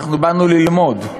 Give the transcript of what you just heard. אנחנו באנו ללמוד.